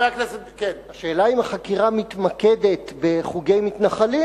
השאלה היא אם החקירה מתמקדת בחוגי מתנחלים,